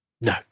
No